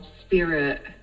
spirit